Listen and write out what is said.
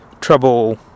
trouble